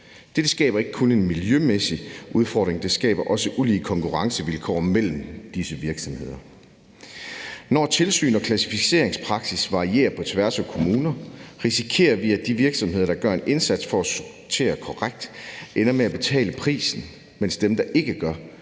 Dette skaber ikke kun en miljømæssig udfordring; det skaber også ulige konkurrencevilkår mellem disse virksomheder. Når tilsyn og klassificeringspraksis varierer på tværs af kommunerne, risikerer vi, at de virksomheder, der gør en indsats for at sortere korrekt, ender med at betale prisen, mens dem, der ikke gør,